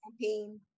campaign